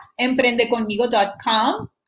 EmprendeConmigo.com